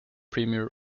premier